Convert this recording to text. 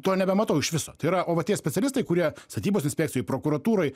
to nebematau iš viso tai yra o va tie specialistai kurie statybos inspekcijai prokuratūrai